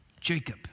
Jacob